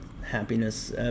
Happiness